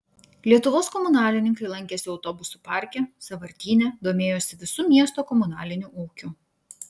lietuvos komunalininkai lankėsi autobusų parke sąvartyne domėjosi visu miesto komunaliniu ūkiu